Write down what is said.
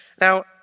Now